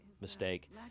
mistake